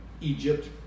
Egypt